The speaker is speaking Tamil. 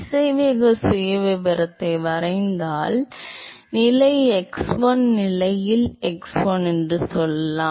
திசைவேக சுயவிவரத்தை வரைந்தால் நிலை x1 நிலையில் x1 என்று சொல்லலாம்